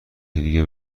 دیگه